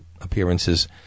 appearances